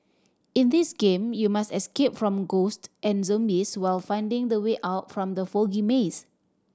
in this game you must escape from ghost and zombies while finding the way out from the foggy maze